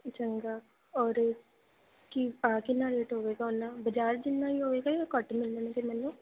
ਚੰਗਾ ਔਰ ਕੀ ਕਿੰਨਾ ਰੇਟ ਹੋਵੇਗਾ ਉੰਨਾ ਬਾਜ਼ਾਰ ਜਿੰਨਾ ਹੀ ਹੋਵੇਗਾ ਜਾਂ ਘੱਟ ਮਿਲਣਗੇ ਮੈਨੂੰ